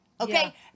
Okay